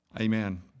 Amen